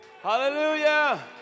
Hallelujah